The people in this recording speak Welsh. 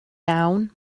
iawn